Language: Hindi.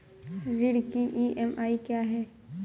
ऋण की ई.एम.आई क्या है?